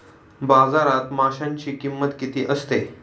बाजारात माशांची किंमत किती असते?